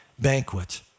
banquet